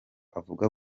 avuga